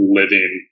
living